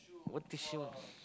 what the shoes